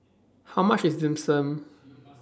How much IS Dim Sum